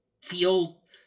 feel